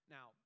Now